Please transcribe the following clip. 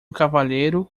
cavalheiro